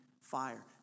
fire